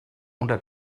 una